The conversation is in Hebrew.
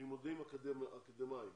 לימודים אקדמאיים